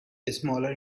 smaller